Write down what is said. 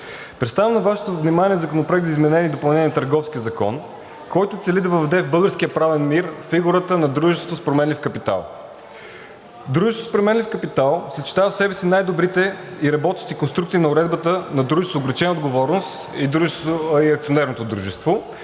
Представям на Вашето внимание Законопроект за изменение и допълнение на Търговския закон, който цели да въведе в българския правен мир фигурата на дружество с променлив капитал. Дружеството с променлив капитал съчетава в себе си най-добрите и работещи конструкции на уредбата на дружеството с ограничена отговорност и акционерното дружество,